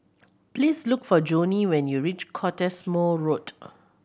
please look for Jonnie when you reach Cottesmore Road